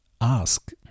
ask